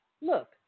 Look